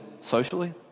socially